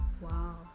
wow